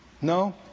No